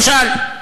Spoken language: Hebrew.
למשל?